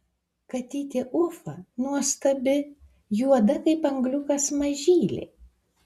katytė ufa nuostabi juoda kaip angliukas mažylė